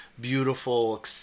beautiful